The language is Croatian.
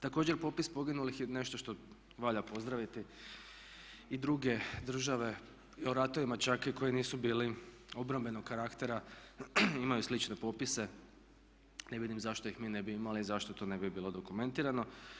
Također popis poginulih je nešto što valja pozdraviti i druge države, o ratovima čak i koji nisu bili obrambenog karaktera imaju slične popise, ne vidim zašto ih mi ne bi imali i zašto to ne bi bilo dokumentirano.